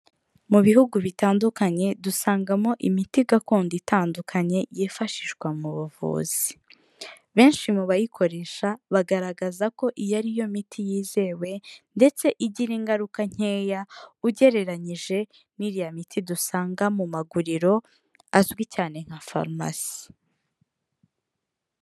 Mu bihugu bitandukanye dusangamo imiti gakondo itandukanye yifashishwa mu buvuzi. Benshi mu bayikoresha bagaragaza ko iyi ari yo miti yizewe ndetse igira ingaruka nkeya ugereranyije n'iriya miti dusanga mu maguriro azwi cyane nka farumasi.